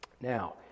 Now